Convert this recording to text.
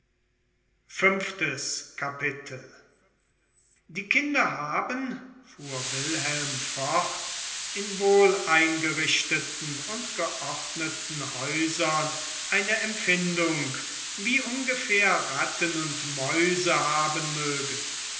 fünftes kapitel die kinder haben fuhr wilhelm fort in wohleingerichteten und geordneten häusern eine empfindung wie ungefähr ratten und mäuse haben mögen